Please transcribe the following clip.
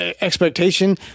expectation